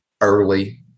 early